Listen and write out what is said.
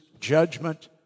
judgment